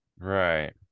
right